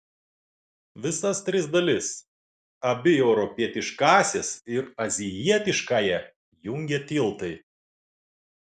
visas tris dalis abi europietiškąsias ir azijietiškąją jungia tiltai